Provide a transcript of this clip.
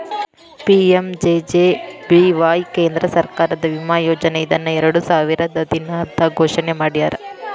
PMJJBY ಕೇಂದ್ರ ಸರ್ಕಾರದ ವಿಮಾ ಯೋಜನೆ ಇದನ್ನ ಎರಡುಸಾವಿರದ್ ಹದಿನೈದ್ರಾಗ್ ಘೋಷಣೆ ಮಾಡ್ಯಾರ